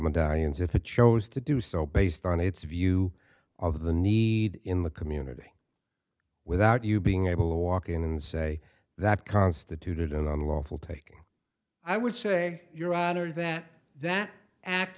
medallions if the chose to do so based on its view of the need in the community without you being able to walk in and say that constituted an unlawful taking i would say your honor that that act